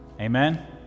Amen